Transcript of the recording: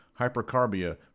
Hypercarbia